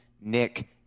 Nick